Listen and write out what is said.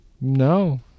No